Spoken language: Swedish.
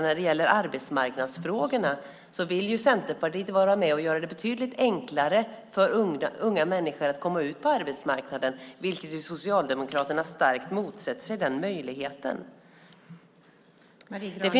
När det gäller arbetsmarknadsfrågorna vill jag passa på att säga att Centerpartiet vill vara med att göra det betydligt enklare för unga människor att komma ut på arbetsmarknaden medan Socialdemokraterna motsätter sig den möjligheten.